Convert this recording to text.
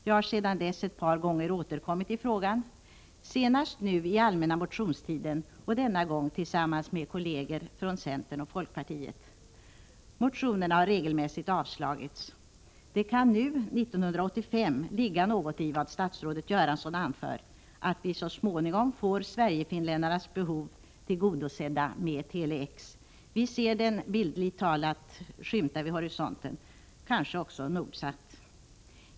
Jag har sedan dess ett par gånger återkommit i frågan, senast nu under allmänna motionstiden, och denna gång tillsammans med kolleger från centern och folkpartiet. Motionerna har regelmässigt avslagits. Det kan nu — 1985 — ligga något i vad statsrådet Göransson anför, nämligen att vi så småningom får Sverigefinländarnas behov väl tillgodosedda med Tele-X. Vi ser den bildligt talat skymta vid horisonten — kanske också Nordsat.